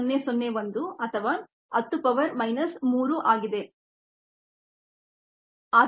001 ಅಥವಾ 10 power minus 3 ಆಗಿದೆ